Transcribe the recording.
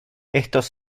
estos